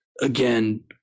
again